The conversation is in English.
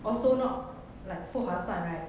also not like 不划算